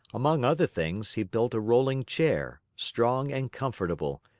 among other things, he built a rolling chair, strong and comfortable,